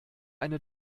eine